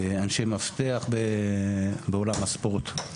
אנשי מפתח בעולם הספורט.